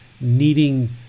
needing